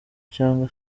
cyangwa